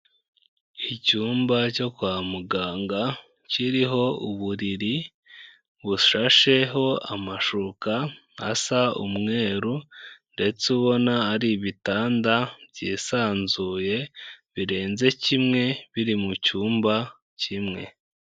Icyumba cyo kwa muganga kiriho uburiri bushasheho amashuka asa umweru ndetse ubona ari ibitanda byisanzuye birenze kimwe biri mu cyumba kimwe.